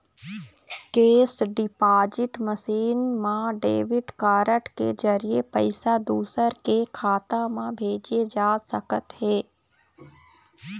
cash deposit machine म debit card के जरिए पइसा दूसर के खाता म भेजे जा सकत हे